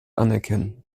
anerkennen